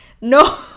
no